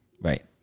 Right